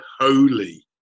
holy